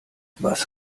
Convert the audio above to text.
was